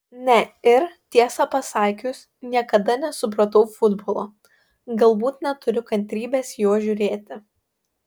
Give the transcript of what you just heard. ne ir tiesą pasakius niekada nesupratau futbolo galbūt neturiu kantrybės jo žiūrėti